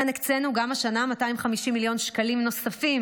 לכן הקצינו גם השנה 250 מיליון שקלים נוספים